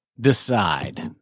decide